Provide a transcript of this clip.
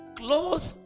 close